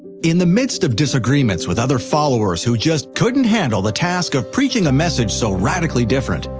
in the midst of disagreements with other followers who just couldn't handle the task of preaching a message so radically different,